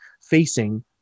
facing